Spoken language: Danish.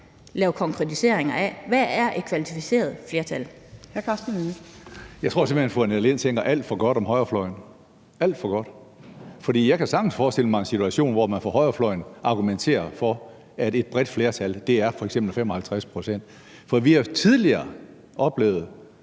Hr. Karsten Hønge. Kl. 13:54 Karsten Hønge (SF): Jeg tror simpelt hen, at fru Annette Lind tænker alt for godt om højrefløjen – alt for godt. For jeg kan sagtens forestille mig en situation, hvor man på højrefløjen argumenterer for, at et bredt flertal f.eks. er 55 pct., for vi har tidligere oplevet